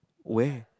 where